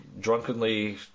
drunkenly